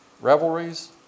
revelries